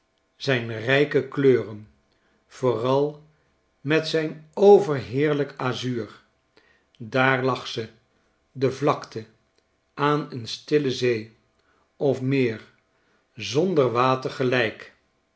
zijn rijke kleuren vooral met zijn overheerlijk azuur daar lag ze de vlakte aan een stille zee of meer zonder water gelijk